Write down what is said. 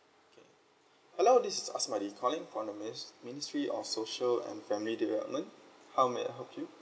okay hello this is asmadi calling from the minis~ ministry of social and family development how may I help you